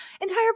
entire